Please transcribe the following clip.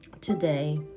today